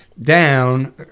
down